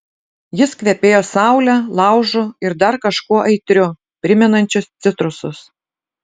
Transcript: jis kvepėjo saule laužu ir dar kažkuo aitriu primenančiu citrusus